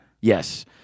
Yes